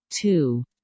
two